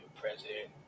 president